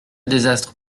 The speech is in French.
désastre